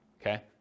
okay